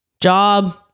job